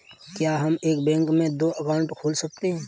क्या हम एक बैंक में दो अकाउंट खोल सकते हैं?